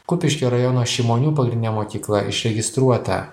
kupiškio rajono šimonių pagrindinė mokykla išregistruota